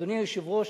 אדוני היושב-ראש,